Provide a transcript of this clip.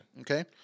Okay